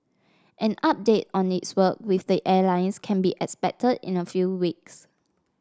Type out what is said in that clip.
an update on its work with the airlines can be expected in a few weeks